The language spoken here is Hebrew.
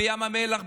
בים המלח,